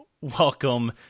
welcome